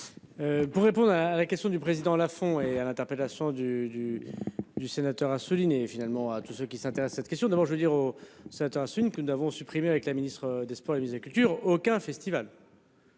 Pour répondre à la question du président là font et à l'interpellation du du du sénateur a souligné finalement à tous ceux qui s'intéressent à cette question. D'abord je veux dire aux c'est un signe que nous avons supprimé avec la ministre des Sports culture aucun festival.